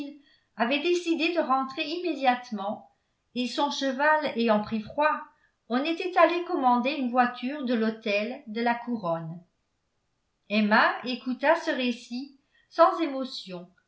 avait décidé de rentrer immédiatement et son cheval ayant pris froid on était allé commander une voiture de l'hôtel de la couronne emma écouta ce récit sans émotion